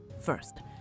First